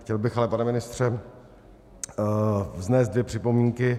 Chtěl bych ale, pane ministře, vznést dvě připomínky.